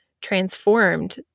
transformed